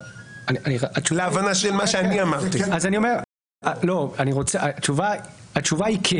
התשובה היא כן אבל התשובה היא,